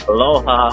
Aloha